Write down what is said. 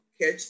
catch